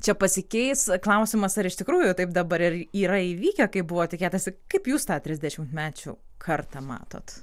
čia pasikeis klausimas ar iš tikrųjų taip dabar ir yra įvykę kaip buvo tikėtasi kaip jūs tą trisdešimtmečių kartą matot